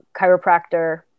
chiropractor